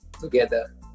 together